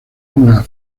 una